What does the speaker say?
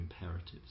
imperatives